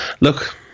Look